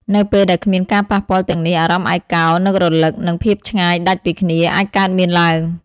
មនុស្សយើងត្រូវការការប៉ះពាល់ផ្ទាល់ ដូចជាការឱប ការចាប់ដៃ ឬការអង្គុយក្បែរគ្នា ដើម្បីបង្កើនភាពស្និតស្នាល។